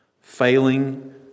Failing